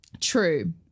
True